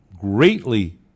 greatly